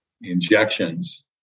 injections